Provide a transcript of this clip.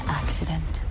accident